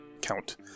count